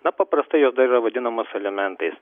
na paprastai jos dar yra vadinamos alimentais